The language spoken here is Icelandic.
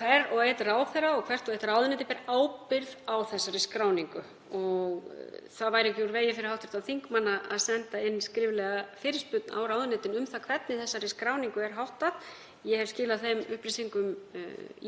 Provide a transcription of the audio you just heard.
hver og einn ráðherra og hvert og eitt ráðuneyti ber ábyrgð á þessari skráningu. Það væri ekki úr vegi fyrir hv. þingmann að senda inn skriflega fyrirspurn á ráðuneytin um það hvernig þessari skráningu er háttað. Ég hef skilað þeim upplýsingum